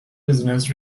business